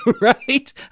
right